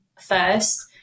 first